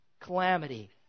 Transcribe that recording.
calamity